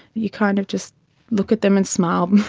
you kind of just look at them and smile,